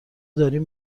داریم